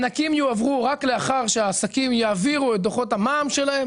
שהמענקים יועברו רק לאחר שהעסקים יעבירו את דוחות המע"מ שלהם,